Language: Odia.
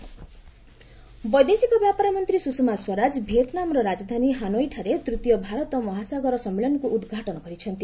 ସ୍ୱଷମା ଭିଜିଟ୍ ବୈଦେଶିକ ବ୍ୟାପାର ମନ୍ତ୍ରୀ ସୁଷମା ସ୍ୱରାଜ ଭିଏତ୍ନାମ୍ର ରାଜଧାନୀ ହାନୋଇଠାରେ ତୂତୀୟ ଭାରତ ମହାସାଗର ସମ୍ମିଳନୀକୁ ଉଦ୍ଘାଟନ କରିଛନ୍ତି